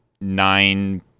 nine